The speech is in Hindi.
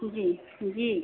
जी जी